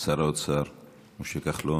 שר האוצר משה כחלון.